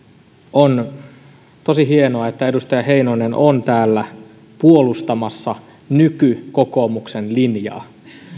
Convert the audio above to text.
on tosi hienoa että edustaja heinonen on täällä puolustamassa nykykokoomuksen linjaa